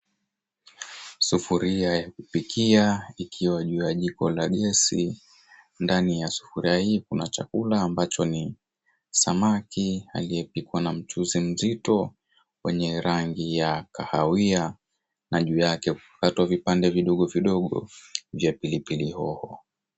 Sufuria ya kupigia ikiwa juu ya jiko la gesi. Ndani ya sufuria hii kuna chakula ambacho ni samaki aliye na mchuzi mzito wenye rangi ya kahawia na juu yake kukatwa vipande vidogo vidogo vya pilipili hoho.